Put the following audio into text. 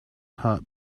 heart